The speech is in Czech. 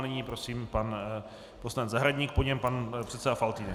Nyní prosím, pan poslanec Zahradník, po něm pan předseda Faltýnek.